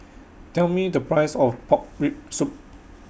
Tell Me The Price of Pork Rib Soup